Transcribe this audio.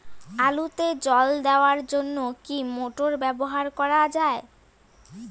আলুতে জল দেওয়ার জন্য কি মোটর ব্যবহার করা যায়?